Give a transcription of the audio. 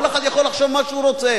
כל אחד יכול לחשוב מה שהוא רוצה.